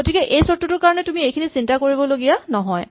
গতিকে এই চৰ্তটোৰ কাৰণে তুমি এইখিনিত চিন্তা কৰিবলগীয়া নহয়